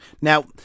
Now